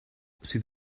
sydd